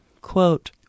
Quote